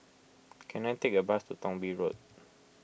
can I take a bus to Thong Bee Road